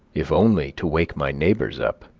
if only to wake my neighbors up.